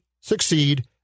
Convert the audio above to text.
succeed